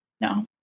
No